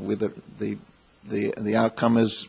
with the the outcome is